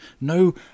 No